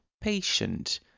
patient